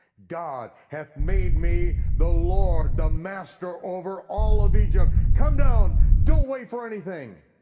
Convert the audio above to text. god hath made me the lord, the master over all of egypt. come down, don't wait for anything,